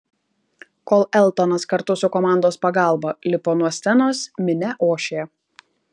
kol eltonas kartu su komandos pagalba lipo nuo scenos minia ošė